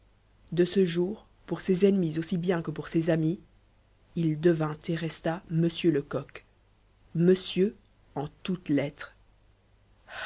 de ce jour pour ses ennemis aussi bien que pour ses amis il devint et resta monsieur lecoq monsieur en toutes lettres